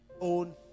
own